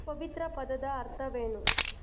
ಪವಿತ್ರ ಪದದ ಅರ್ಥವೇನು